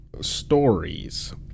stories